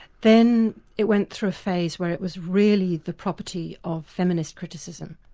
then it went through a phase where it was really the property of feminist criticism,